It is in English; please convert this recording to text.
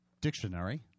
dictionary